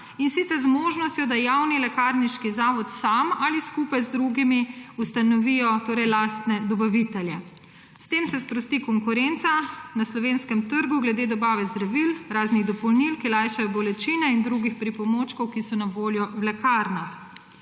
in sicer z možnostjo, da javni lekarniški zavod sam ali skupaj z drugimi ustanovi lastne dobavitelje. S tem se sprosti konkurenca na slovenskem trgu glede dobave zdravil, raznih dopolnil, ki lajšajo bolečine, in drugih pripomočkov, ki so na voljo v lekarnah.